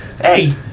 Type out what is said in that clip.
Hey